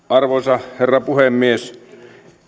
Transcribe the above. arvoisa herra puhemies